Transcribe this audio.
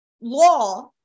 law